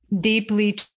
deeply